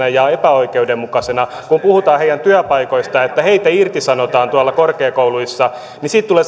ja ja epäoikeudenmukaisena kun puhutaan heidän työpaikoistaan kun heitä irtisanotaan tuolla korkeakouluissa siitä tulee